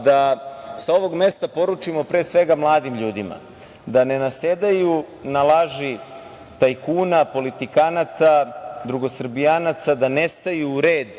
sa ovog mesta poručimo, pre svega, mladim ljudima da ne nasedaju na laži tajkuna, politikanata, drugosrbijanaca, da ne staju u red